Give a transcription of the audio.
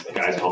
guys